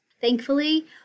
thankfully